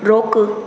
रोकु